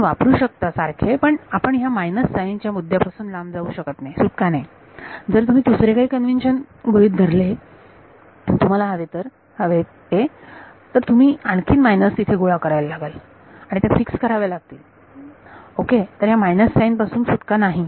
आपण वापरू शकता सारखे पण आपण ह्या मायनस साईन च्या मुद्द्यापासून लांब जाऊ शकत नाही सुटका नाही जर तुम्ही दुसरे काही कन्वेंशन गृहीत धरले तुम्हाला हवे ते तर तुम्ही आणखीन मायनस इथे गोळा करायला आणि त्या फिक्स कराव्या लागतील ओके तर ह्या मायनस साईन पासून सुटका नाही